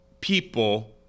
people